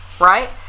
right